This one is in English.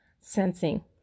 sensing